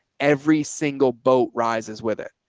every single boat rises with it.